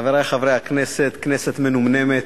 חברי חברי הכנסת, כנסת מנומנמת,